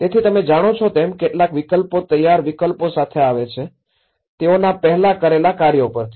તેથી તેમે જાણો છો તેમ કેટલાક વિકલ્પો તૈયાર વિકલ્પો સાથે આવે છે તેઓના પહેલા કરેલા કાર્યો પરથી